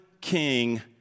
king